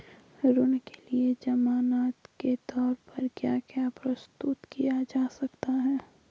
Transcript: ऋण के लिए ज़मानात के तोर पर क्या क्या प्रस्तुत किया जा सकता है?